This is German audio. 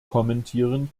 kommentieren